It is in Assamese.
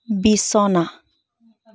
বিছনা